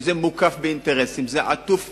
שזה מוקף באינטרסים, זה עטוף